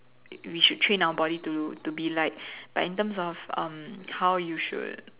we should train our body to be like but in terms of how you should